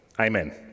Amen